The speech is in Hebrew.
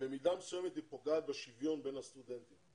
במידה מסוימת פוגעת בשוויון בין הסטודנטים